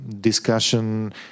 discussion